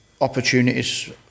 opportunities